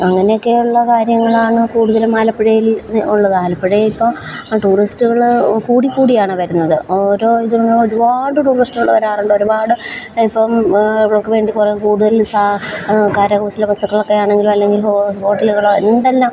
അങ്ങനെയൊക്കെയുള്ള കാര്യങ്ങളാണ് കൂടുതലും ആലപ്പുഴയിൽ ഉള്ളത് ആലപ്പുഴയിൽ ഇപ്പം ടൂറിസ്റ്റുകൾ കൂടിക്കൂടിയാണ് വരുന്നത് ഓരോ ഇതും ഒരുപാട് ടൂറിസ്റ്റുകൾ വരാറുണ്ട് ഒരുപാട് ഇപ്പം അവർക്ക് വേണ്ടി കുറേ കൂടുതൽ സാ കരകൗശല വസ്തുക്കളൊക്കെ ആണെങ്കിലും അല്ലെങ്കിൽ ഹോട്ടലുകൾ എന്തെല്ലാം